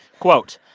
quote,